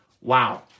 Wow